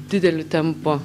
dideliu tempu